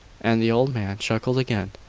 and the old man chuckled again.